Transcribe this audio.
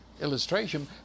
illustration